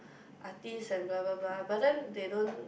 artist and blah blah blah but then they don't